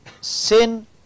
sin